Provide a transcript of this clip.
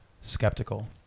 skeptical